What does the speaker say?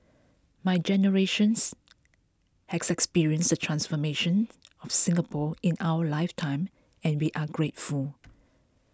my generations has experienced the transformation of Singapore in our life time and we are grateful